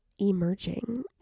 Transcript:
emerging